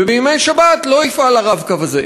ובימי שבת לא יפעל ה"רב-קו" הזה.